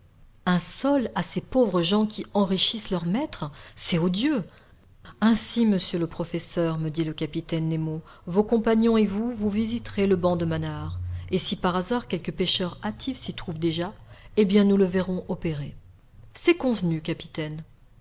un sol à ces pauvres gens qui enrichissent leurs maîtres c'est odieux ainsi monsieur le professeur me dit le capitaine nemo vos compagnons et vous vous visiterez le banc de manaar et si par hasard quelque pêcheur hâtif s'y trouve déjà eh bien nous le verrons opérer c'est convenu capitaine